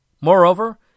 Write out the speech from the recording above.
Moreover